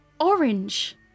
orange